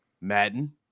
Madden